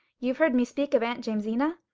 you've heard me speak of aunt jamesina?